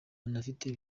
banafite